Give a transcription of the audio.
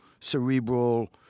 cerebral